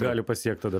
gali pasiekt tada